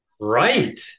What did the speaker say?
Right